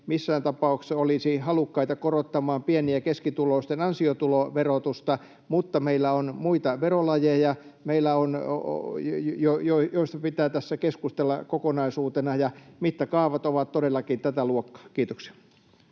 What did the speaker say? missään tapauksessa olisi halukkaita korottamaan pieni- ja keskituloisten ansiotuloverotusta, mutta meillä on muita verolajeja, joista pitää tässä keskustella kokonaisuutena, ja mittakaavat ovat todellakin tätä luokkaa. — Kiitoksia.